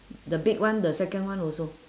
the big one the second one also